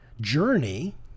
journey